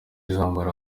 izambara